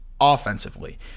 offensively